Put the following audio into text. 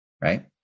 Right